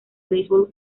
baseball